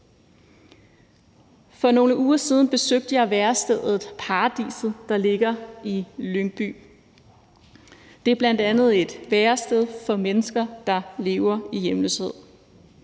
For nogle uger siden besøgte jeg værestedet Paradiset, der ligger i Lyngby. Det er bl.a. et værested for mennesker, der lever i hjemløshed.